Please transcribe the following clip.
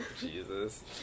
Jesus